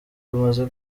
imaze